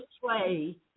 play